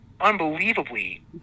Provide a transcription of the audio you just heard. unbelievably